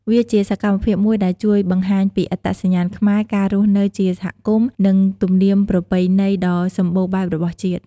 វាជាសកម្មភាពមួយដែលជួយបង្ហាញពីអត្តសញ្ញាណខ្មែរ ការរស់នៅជាសហគមន៍ និងទំនៀមប្រពៃណីដ៏សម្បូរបែបរបស់ជាតិ។